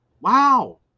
wow